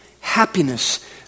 happiness